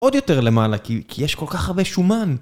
עוד יותר למעלה כי יש כל כך הרבה שומן